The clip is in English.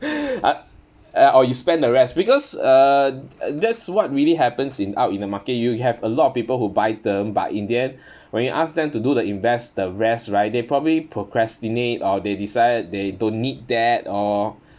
uh uh oh you spend the rest because uh that's what really happens in out in the market you you have a lot of people who buy term but in the end when you ask them to do the invest the rest right they probably procrastinate or they decided they don't need that or